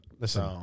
Listen